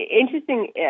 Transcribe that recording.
interesting